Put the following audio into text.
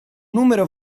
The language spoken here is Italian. numero